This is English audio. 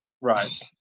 Right